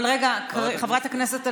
אבל רגע, חברת הכנסת אלהרר,